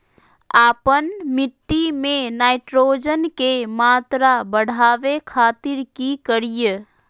आपन मिट्टी में नाइट्रोजन के मात्रा बढ़ावे खातिर की करिय?